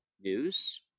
news